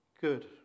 good